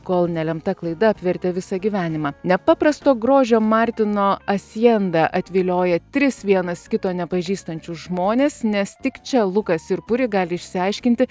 kol nelemta klaida apvertė visą gyvenimą nepaprasto grožio martino asjenda atvilioja tris vienas kito nepažįstančius žmones nes tik čia lukas ir puri gali išsiaiškinti